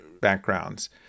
backgrounds